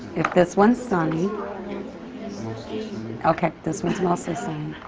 if this one's sunny okay. this one is mostly sunny.